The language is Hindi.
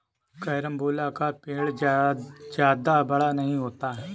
कैरमबोला का पेड़ जादा बड़ा नहीं होता